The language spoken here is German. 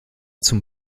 zum